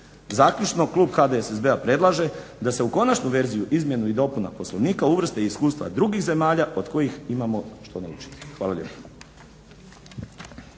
Zaključno, klub HDSSB-a predlaže da se u konačnu verziju izmjena i dopuna Poslovnika uvrste i iskustva drugih zemalja od kojih imamo što naučiti. Hvala lijepo.